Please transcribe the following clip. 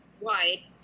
wide